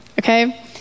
okay